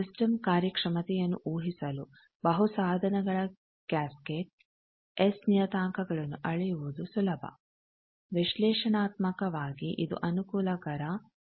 system ಕಾರ್ಯ ಕ್ಷಮತೆಯನ್ನು ಊಹಿಸಲು ಬಹು ಸಾಧನಗಳ ಕ್ಯಾಸ್ಕೆಡ್ ಎಸ್ ನಿಯತಾಂಕಗಳನ್ನು ಅಳೆಯುವುದು ಸುಲಭ ವಿಶ್ಲೇಷನಾತ್ಮಕವಾಗಿ ಇದು ಅನುಕೂಲಕರ ವಾಗಿದೆ